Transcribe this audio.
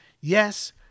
Yes